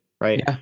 right